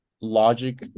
logic